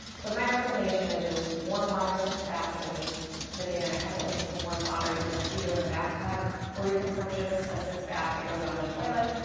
so my recommendation is just warm water sitz baths, so just sitting in and a couple inches of warm water, either in and the bathtub or you can purchase a sitz bath that goes on the toilet,